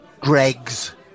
Greg's